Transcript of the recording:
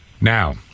now